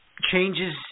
changes